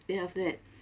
then after that